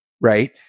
Right